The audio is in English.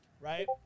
right